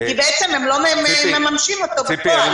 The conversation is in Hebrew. כי בעצם הם לא מממשים אותו בפועל,